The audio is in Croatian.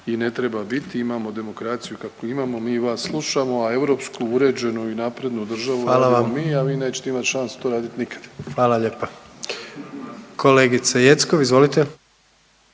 i ne treba biti, imamo demokraciju kakvu imamo. Mi vas slušamo, a europsku, uređenu i naprednu državu imamo mi, a vi nećete imati šanse to raditi nikad. **Jandroković, Gordan (HDZ)** Hvala lijepa. Kolegice Jeckov, izvolite.